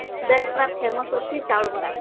ବେଶ ପୁରା ଫେମସ୍ ଅଛି ଚାଉଳ ବରା